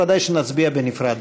ודאי שנצביע בנפרד.